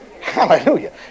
Hallelujah